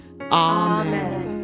Amen